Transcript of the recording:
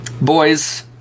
Boys